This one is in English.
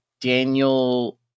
Daniel